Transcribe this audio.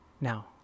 Now